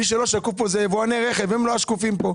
מי שלא שקוף פה זה יבואני רכב, הם יבואני הרכב,